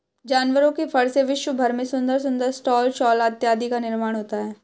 जानवरों के फर से विश्व भर में सुंदर सुंदर स्टॉल शॉल इत्यादि का निर्माण होता है